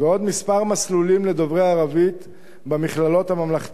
כמה מסלולים לדוברי ערבית במכללות הממלכתיות.